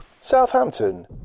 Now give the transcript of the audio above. Southampton